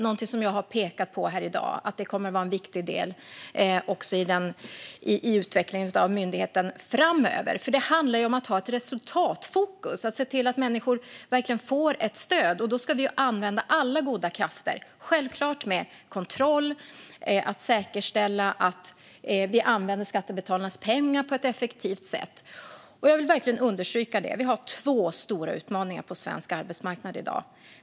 Jag har här i dag pekat på att det kommer att vara en viktig del också i utvecklingen av myndigheten framöver. Det handlar om att ha ett resultatfokus och om att se till att människor verkligen får ett stöd. Då ska vi använda alla goda krafter. Självklart ska det vara kontroll, och vi ska säkerställa att vi använder skattebetalarnas pengar på ett effektivt sätt. Jag vill verkligen understryka att vi har två stora utmaningar på svensk arbetsmarknad i dag.